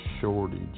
shortage